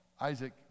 Isaac